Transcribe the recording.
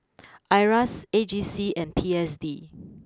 Iras A G C and P S D